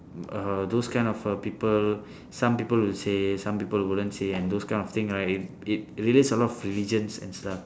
uh those kind of err people some people will say some people wouldn't say and those kind of thing right it it relates a lot of religions and stuff